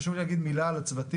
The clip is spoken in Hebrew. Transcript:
חשוב לי להגיד מילה על הצוותים,